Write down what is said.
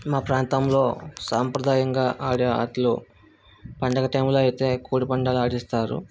మా ప్రాంతంలో సాంప్రదాయంగా ఆడే ఆటలు పండుగ టైంలో అయితే కోడి పందాలు ఆడిస్తారు